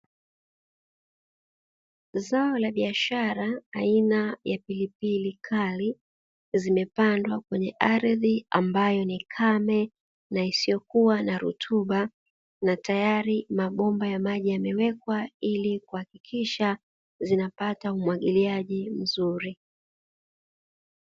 Zao la biashara aina ya pilipili kali, zimepandwa kwenye ardhi ambayo ni kame na isiyokuwa na rutuba na tayari mabomba ya maji yamewekwa, ili kuhakikisha zinapata umwagiliaji mzuri.